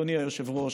אדוני היושב-ראש: